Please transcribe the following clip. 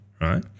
Right